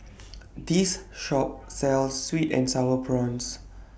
This Shop sells Sweet and Sour Prawns